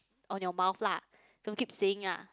on your mouth lah don't keep saying ah